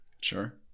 Sure